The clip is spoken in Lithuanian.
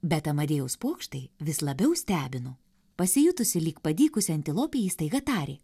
bet amadėjaus pokštai vis labiau stebino pasijutusi lyg padykusi antilopė ji staiga tarė